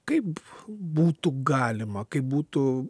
kaip būtų galima kaip būtų